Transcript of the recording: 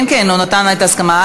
כן כן, הוא נתן את ההסכמה.